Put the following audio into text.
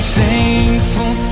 thankful